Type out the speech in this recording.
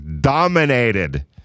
dominated